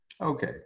okay